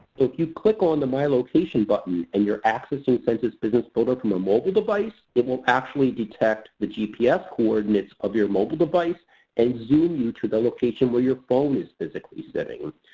if you click on the my location button and you're accessing census business builder from a mobile device, it will actually detect the gps coordinates of your mobile device and zoom you to the location where your phone is physically sitting.